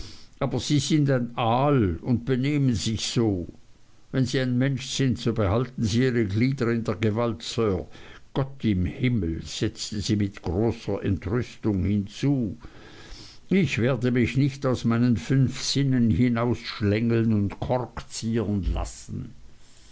aber sie sind ein aal und benehmen sich so wenn sie ein mensch sind behalten sie ihre glieder in der gewalt sir gott im himmel setzte sie mit großer entrüstung hinzu ich werde mich nicht aus meinen fünf sinnen hinausschlängeln und korkziehern lassen